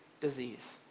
disease